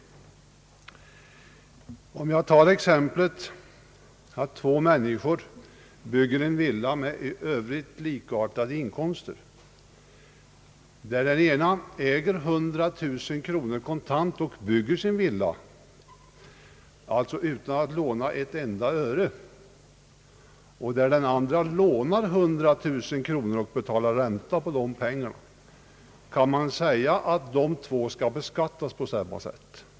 Låt oss ta exemplet att två människor med likartade inkomster bygger var sin villa. Den ene äger 100 000 kronor kontant och bygger villan utan att låna, medan den andre lånar 100 000 kronor och betalar ränta på de pengarna. Kan man säga att de två skall beskattas på samma sätt?